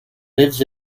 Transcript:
lives